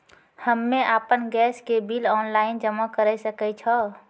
हम्मे आपन गैस के बिल ऑनलाइन जमा करै सकै छौ?